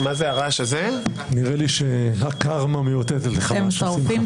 שזו הפעם הראשונה שהצעת חוק מוגשת לוועדה,